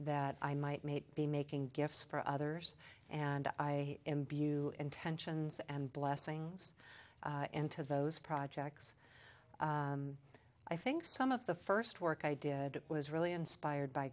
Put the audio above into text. that i might make be making gifts for others and i imbue intentions and blessings into those projects i think some of the first work i did was really inspired by